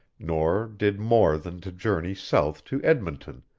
nor did more than to journey south to edmonton,